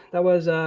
that was ah,